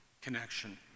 connection